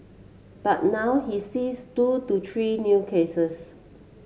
but now he sees two to three new cases